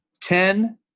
ten